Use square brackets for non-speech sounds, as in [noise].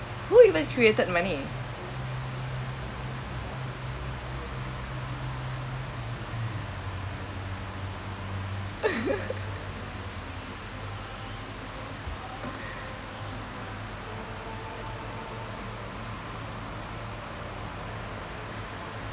who even created money [laughs]